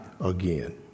again